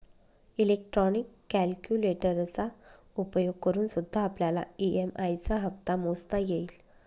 electronic कैलकुलेटरचा उपयोग करूनसुद्धा आपल्याला ई.एम.आई चा हप्ता मोजता येईल